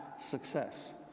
success